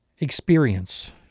experience